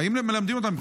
האם מלמדים אותם?